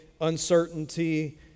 uncertainty